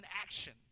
action